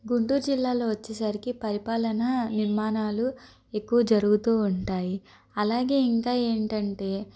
గుంటూరు జిల్లాలో వచ్చేసరికి పరిపాలన నిర్మాణాలు ఎక్కువ జరుగుతు ఉంటాయి అలాగే ఇంకా ఏంటంటే